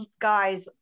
guy's